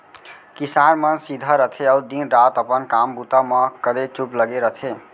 किसान मन सीधा रथें अउ दिन रात अपन काम बूता म कलेचुप लगे रथें